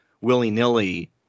willy-nilly